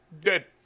Dead